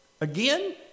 Again